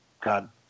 God